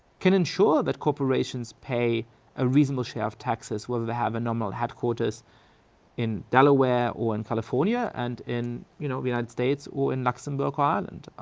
can ensure that corporations pay a reasonable share of taxes, whether they have a normal headquarters in delaware or in california, and in you know the united states or in luxembourg or ireland.